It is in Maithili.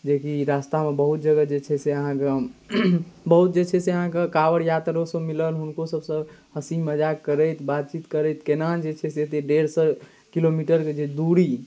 जेकि रास्तामे बहुत जगह जे छै से अहाँके बहुत जे छै से अहाँके काँवर यात्रोसँ मिलल हुनकोसभसँ हँसी मजाक करैत बातचीत करैत कोना जे छै से एतेक डेढ़ सौ किलोमीटरके जे दूरी